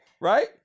right